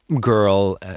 girl